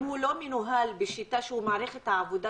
אם הוא לא מנוהל בשיטה שהיא מערכת העבודה